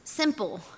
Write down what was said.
Simple